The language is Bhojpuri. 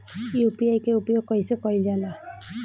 यू.पी.आई के उपयोग कइसे कइल जाला?